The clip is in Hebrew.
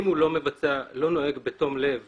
אם הוא לא נוהג בתום לב